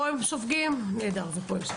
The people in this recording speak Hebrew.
פה הם סופגים נהדר ופה הם סופגים.